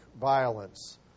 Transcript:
violence